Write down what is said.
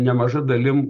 nemaža dalim